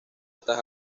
estas